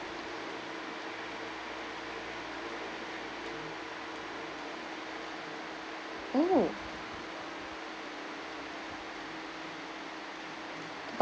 oh but